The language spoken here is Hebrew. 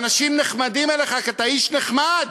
האנשים נחמדים אליך כי אתה איש נחמד.